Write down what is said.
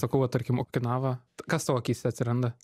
sakau va tarkim okinava kas tavo akyse atsiranda